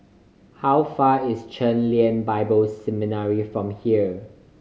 how far is Chen Lien Bible Seminary from here